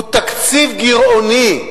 הוא תקציב גירעוני,